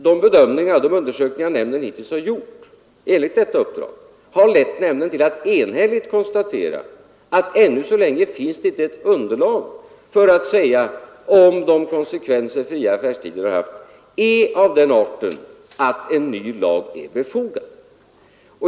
De bedömningar nämnden hittills har gjort enligt detta uppdrag har lett den till att enhälligt konstatera att ännu så länge finns inte underlag att säga om de konsekvenser de fria affärstiderna haft är av den art att en ny lag är befogad.